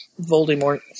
Voldemort